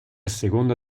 seconda